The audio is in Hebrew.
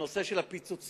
הנושא של ה"פיצוציות",